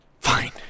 Fine